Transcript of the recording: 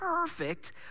perfect